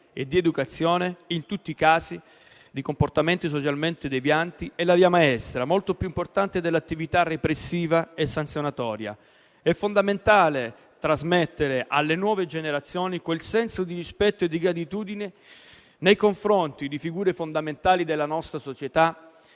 ed educazione, in tutti i casi di comportamenti socialmente devianti, è la via maestra, molto più importante dell'attività repressiva e sanzionatoria: è fondamentale trasmettere alle nuove generazioni quel senso di rispetto e gratitudine nei confronti di figure fondamentali della nostra società